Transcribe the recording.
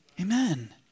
Amen